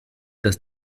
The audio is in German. dass